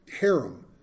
harem